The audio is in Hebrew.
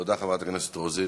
תודה, חברת הכנסת רוזין.